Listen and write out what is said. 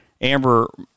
Amber